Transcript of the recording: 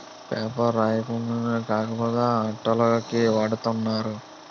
paper రాయడానికే కాక అట్టల కి వాడతన్నారు